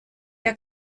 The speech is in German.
der